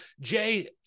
Jay